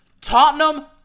Tottenham